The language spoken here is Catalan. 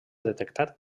detectat